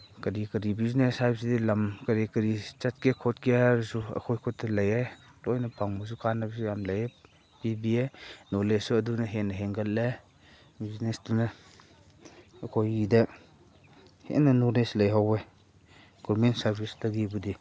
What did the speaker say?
ꯀꯔꯤ ꯀꯔꯤ ꯕꯤꯖꯤꯅꯦꯁ ꯍꯥꯏꯕꯁꯤꯗꯤ ꯂꯝ ꯀꯔꯤ ꯀꯔꯤ ꯆꯠꯀꯦ ꯈꯣꯠꯀꯦ ꯍꯥꯏꯔꯁꯨ ꯑꯩꯈꯣꯏ ꯈꯨꯠꯇ ꯂꯩꯌꯦ ꯂꯣꯏꯅ ꯐꯪꯕꯁꯨ ꯀꯥꯅꯕꯁꯨ ꯌꯥꯝ ꯂꯩꯌꯦ ꯄꯤꯕꯤꯌꯦ ꯅꯣꯂꯦꯖꯁꯨ ꯑꯗꯨꯅ ꯍꯦꯟꯅ ꯍꯦꯟꯒꯠꯂꯦ ꯕꯤꯖꯤꯅꯦꯁꯇꯨꯅ ꯑꯩꯈꯣꯏꯒꯤꯗ ꯍꯦꯟꯅ ꯅꯣꯂꯦꯖ ꯂꯩꯍꯧꯋꯦ ꯒꯣꯔꯃꯦꯟ ꯁꯥꯔꯚꯤꯁꯇꯒꯤꯕꯨꯗꯤ